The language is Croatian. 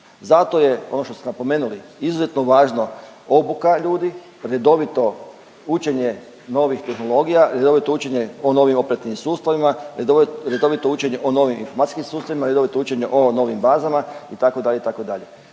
Zato je ono što ste napomenuli izuzetno važno obuka ljudi, redovito učenje novih tehnologija, redovito učenje o novim operativnim sustavima, redovito učenje o novim informacijskim sustavima i redovito učenje o novim bazama itd.,